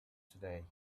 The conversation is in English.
today